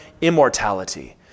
immortality